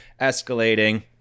escalating